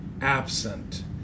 absent